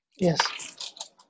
Yes